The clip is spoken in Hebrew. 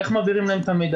איך מעבירים להם את המידע?